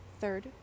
third